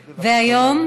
והיום,